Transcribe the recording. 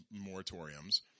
moratoriums